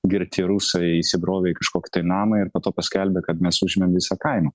girti rusai įsibrovė į kažkokį namą ir po to paskelbė kad mes užimėm visą kaimą